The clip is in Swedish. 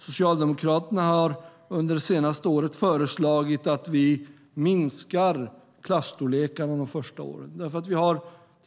Socialdemokraterna har under det senaste året föreslagit att vi ska minska klasstorlekarna de första åren.